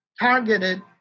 targeted